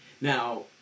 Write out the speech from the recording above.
Now